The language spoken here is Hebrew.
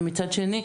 ומצד שני,